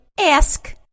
ask